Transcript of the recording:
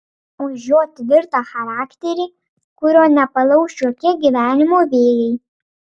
už jo tvirtą charakterį kurio nepalauš jokie gyvenimo vėjai